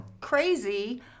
crazy